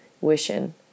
wishing